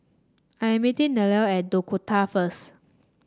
I meeting Nelle at Dakota first